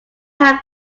have